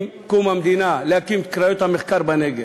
עם קום המדינה, להקים את קריות המחקר בנגב.